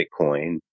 Bitcoin